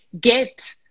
get